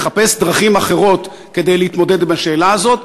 לחפש דרכים אחרות להתמודד עם השאלה הזאת.